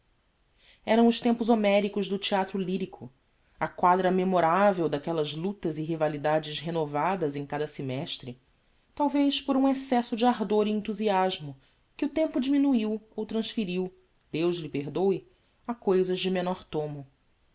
eram os tempos homericos do theatro lyrico a quadra memoravel daquellas lutas e rivalidades renovadas em cada semestre talvez por um excesso de ardor e enthusiasmo que o tempo diminuiu ou transferiu deus lhe perdôe a cousas de menor tomo